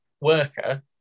worker